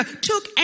took